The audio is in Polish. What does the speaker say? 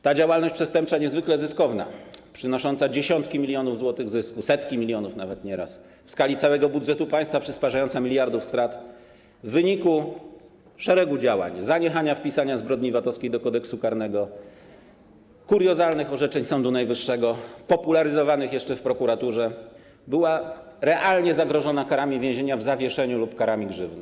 Ta działalność przestępcza niezwykle zyskowna, nawet nieraz przynosząca dziesiątki milionów złotych zysku, setki milionów, w skali całego budżetu państwa przysparzająca miliardów strat w wyniku szeregu działań, zaniechania wpisania zbrodni VAT-owskiej do Kodeksu karnego, kuriozalnych orzeczeń Sądu Najwyższego, popularyzowanych jeszcze w prokuraturze, była realnie zagrożona karami więzienia w zawieszeniu lub karami grzywny.